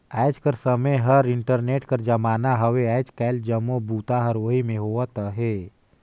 आएज कर समें हर इंटरनेट कर जमाना हवे आएज काएल जम्मो बूता हर ओही में होवत अहे